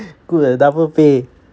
good eh double pay